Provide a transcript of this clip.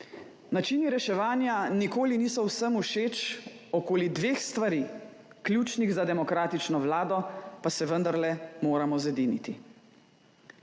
Načini reševanja nikoli niso vsem všeč. Okoli dveh stvari, ključnih za demokratično vlado, pa se vendarle moramo zediniti.